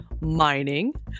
mining